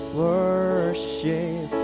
worship